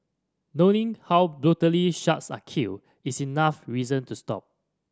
knowing how brutally sharks are killed is enough reason to stop